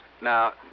Now